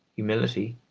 humility,